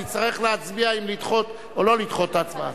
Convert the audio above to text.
נצטרך להצביע אם לדחות או לדחות את ההצבעה.